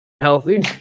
healthy